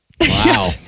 Wow